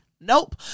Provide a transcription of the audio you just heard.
Nope